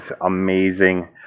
amazing